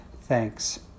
thanks